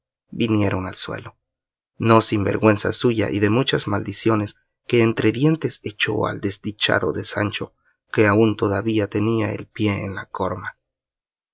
vinieron al suelo no sin vergüenza suya y de muchas maldiciones que entre dientes echó al desdichado de sancho que aún todavía tenía el pie en la corma